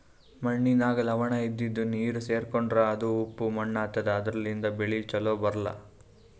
ಮಣ್ಣಿನಾಗ್ ಲವಣ ಇದ್ದಿದು ನೀರ್ ಸೇರ್ಕೊಂಡ್ರಾ ಅದು ಉಪ್ಪ್ ಮಣ್ಣಾತದಾ ಅದರ್ಲಿನ್ಡ್ ಬೆಳಿ ಛಲೋ ಬರ್ಲಾ